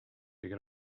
are